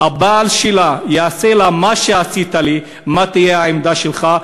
הבעל שלה יעשה לה מה שעשית לי, מה תהיה העמדה שלך?